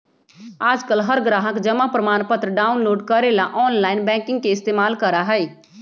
आजकल हर ग्राहक जमा प्रमाणपत्र डाउनलोड करे ला आनलाइन बैंकिंग के इस्तेमाल करा हई